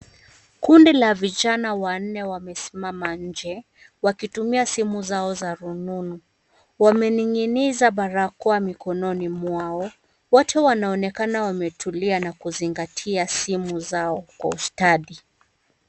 Kundi la vijana wanne wamesimana nje wakitumia simu zao za rununu. Wamening'iniza barakoa mikononi mwao. Wote wanaonekana wametulia na kuzingatia simu zao kwa ustadi.